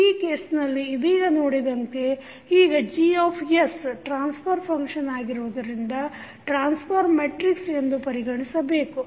ಈ ಕೇಸ್ನಲ್ಲಿ ಇದೀಗ ನೋಡಿದಂತೆ ಈಗ G ಟ್ರಾನ್ಸ್ಫರ್ ಫಂಕ್ಷನ್ ಆಗಿರುವುದರಿಂದ ಟ್ರಾನ್ಸ್ಫರ್ ಮೆಟ್ರಿಕ್ಸ್ ಎಂದು ಪರಿಗಣಿಸಬೇಕು